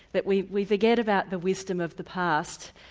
that we we forget about the wisdom of the past,